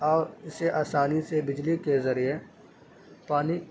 اور اسے آسانی سے بجلی کے ذریعے پانی